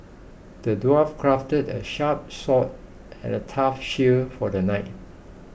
the dwarf crafted a sharp sword and a tough shield for the knight